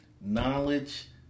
knowledge